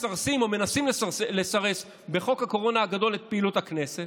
מסרסים או מנסים לסרס בחוק הקורונה הגדול את פעילות הכנסת.